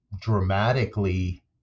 dramatically